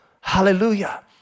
Hallelujah